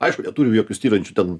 aišku neturim jokių styrančių ten